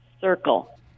Circle